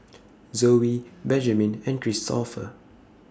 Zoey Benjiman and Kristoffer